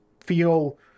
feel